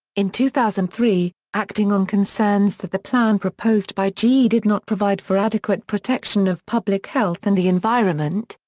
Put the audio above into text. in two thousand and three, acting on concerns that the plan proposed by ge ah did not provide for adequate protection of public health and the environment,